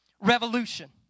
revolution